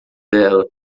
dela